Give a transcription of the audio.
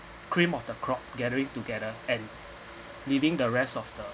cream of the crop gathering together and leaving the rest of the